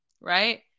right